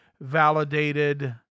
validated